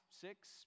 six